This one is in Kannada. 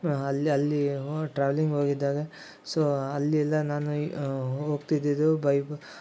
ಅಲ್ಲಿ ಅಲ್ಲಿ ಟ್ರಾವ್ಲಿಂಗ್ ಹೋಗಿದ್ದಾಗ ಸೊ ಅಲ್ಲಿ ಎಲ್ಲ ನಾನು ಹೋಗ್ತಿದ್ದಿದ್ದು ಬೈ ಬ್